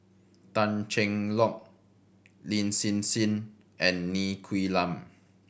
Tan Cheng Lock Lin Hsin Hsin and Ng Quee Lam